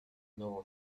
nowo